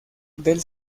del